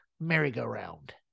merry-go-round